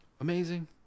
Amazing